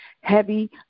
heavy